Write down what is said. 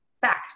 Fact